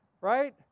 right